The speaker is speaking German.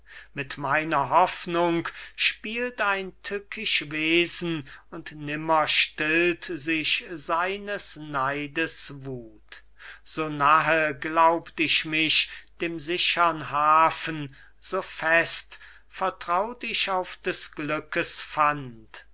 mit meiner hoffnung spielt ein tückisch wesen und nimmer stillt sich seines neides wuth so nahe glaubt ich mich dem sichern hafen so fest vertraut ich auf des glückes